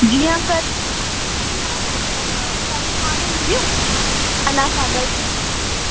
जीअं कल्ह में मुंहिंजी छुटी आहे त कल्ह पाण मिलियूं अनासागर जे पासे